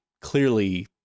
clearly